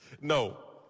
No